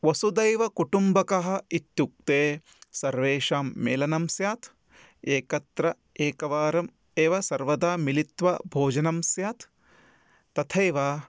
वसुदैवकुटुम्बकम् इत्युक्ते सर्वेषां मेलनं स्यात् एकत्र एकवारम् एव सर्वदा मिलित्वा भोजनं स्यात् तथैव